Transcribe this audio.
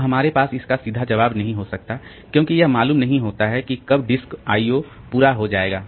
तो हमारे पास इसका सीधा जवाब नहीं हो सकताक्योंकि यह मालूम नहीं होता है कि कब डिस्क आईओ पूरा हो जाएगा